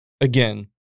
again